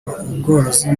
ubworozi